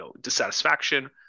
dissatisfaction